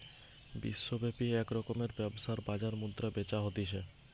বিশ্বব্যাপী এক রকমের ব্যবসার বাজার মুদ্রা বেচা হতিছে